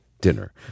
dinner